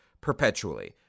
perpetually